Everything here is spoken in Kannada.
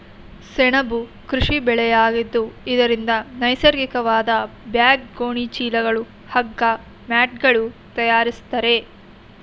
ಸೆಣಬು ಕೃಷಿ ಬೆಳೆಯಾಗಿದ್ದು ಇದರಿಂದ ನೈಸರ್ಗಿಕವಾದ ಬ್ಯಾಗ್, ಗೋಣಿ ಚೀಲಗಳು, ಹಗ್ಗ, ಮ್ಯಾಟ್ಗಳನ್ನು ತರಯಾರಿಸ್ತರೆ